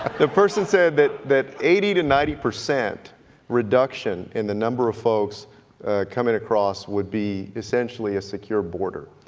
the person said that that eighty to ninety percent reduction in the number of folks coming across would be essentially a secure border.